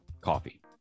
coffee